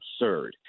absurd